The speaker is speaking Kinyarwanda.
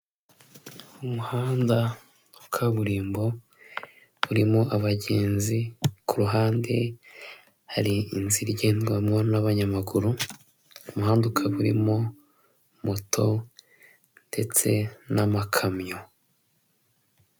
Umuhanda wa kaburimbo urimo abagenzi ku ruhande, hari inzira igendwamo n'abanyamaguru, Umuhanda ukaba urimo moto ndetse n'amakamyo.